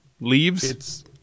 Leaves